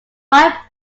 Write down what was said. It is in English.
five